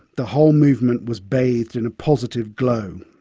the whole movement was bathed in a positive glow.